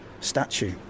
statue